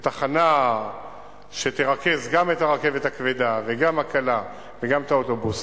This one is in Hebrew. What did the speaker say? בתחנה שתרכז גם את הרכבת הכבדה וגם הקלה וגם את האוטובוסים,